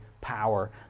power